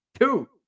Two